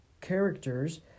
characters